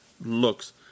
looks